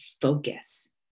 focus